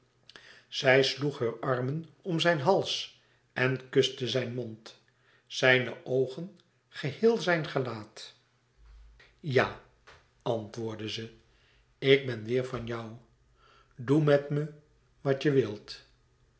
zij sloeg heur armen om zijn hals en kuste zijn mond zijne oogen geheel zijn gelaat ja antwoordde ze ik ben weêr van jou doe met me wat je wilt